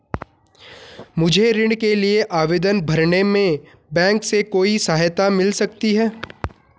मुझे ऋण के लिए आवेदन भरने में बैंक से कोई सहायता मिल सकती है?